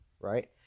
right